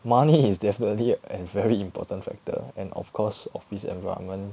money is definitely a very important factor and of course office environment